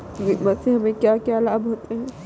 बीमा से हमे क्या क्या लाभ होते हैं?